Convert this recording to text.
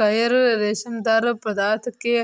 coir रेशेदार पदार्थ है